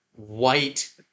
White